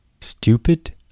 Stupid